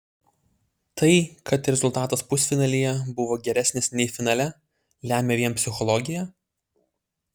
tai kad rezultatas pusfinalyje buvo geresnis nei finale lemia vien psichologija